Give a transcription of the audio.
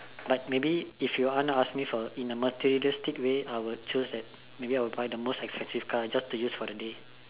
but maybe if you want to ask me for in a materialistic way I will choose that maybe I will buy the most expensive car just to use for the day